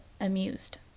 amused